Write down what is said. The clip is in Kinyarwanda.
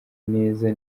neza